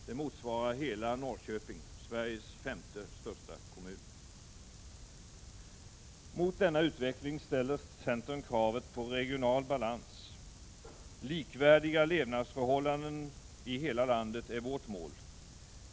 Det motsvarar hela Norrköping, Sveriges femte största kommun. Mot denna utveckling ställer centern kravet på regional balans. Likvärdiga levnadsförhållanden i hela landet är vårt mål.